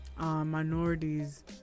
minorities